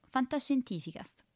Fantascientificast